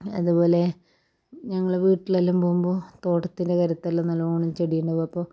അതെ പോലെ ഞങ്ങൾ വീട്ടിലെല്ലാം പോകുമ്പോൾ തോട്ടത്തിൽ കാര്യത്തെല്ലാം നല്ല വണ്ണം ചെടിയുണ്ടാവും അപ്പോൾ